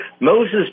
Moses